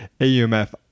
AUMF